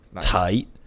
tight